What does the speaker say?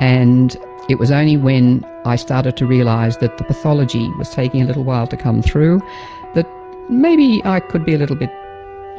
and it was only when i started to realise that the pathology was taking a little while to come through that maybe i could be a little bit